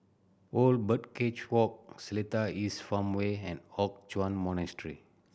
Old Birdcage Walk Seletar East Farmway and Hock Chuan Monastery